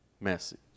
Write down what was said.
message